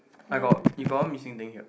then later